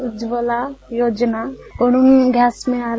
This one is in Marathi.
उज्ज्वला योजनेतून गॅस मिळाला